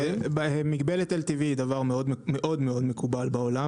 מגבלת LTV היא דבר מאוד מאוד מקובל בעולם.